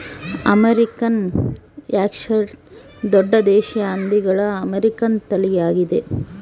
American Yorkshire ದೊಡ್ಡ ದೇಶೀಯ ಹಂದಿಗಳ ಅಮೇರಿಕನ್ ತಳಿಯಾಗಿದೆ